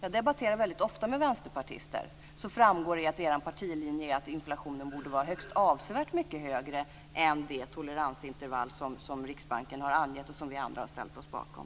Jag debatterar väldigt ofta med Vänsterpartister utanför det här huset, och då framgår det att er partilinje är att inflationen borde vara avsevärt mycket högre än det toleransintervall som Riksbanken har angett och som vi andra har ställt oss bakom.